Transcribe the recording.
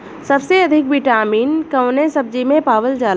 सबसे अधिक विटामिन कवने सब्जी में पावल जाला?